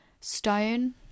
stone